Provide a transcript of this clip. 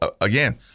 again